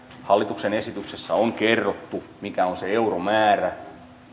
hallituksen esityksessä on kerrottu mikä on se euromäärä